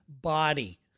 body